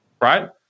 right